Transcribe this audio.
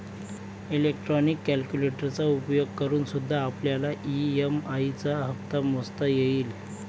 electronic कैलकुलेटरचा उपयोग करूनसुद्धा आपल्याला ई.एम.आई चा हप्ता मोजता येईल